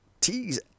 tease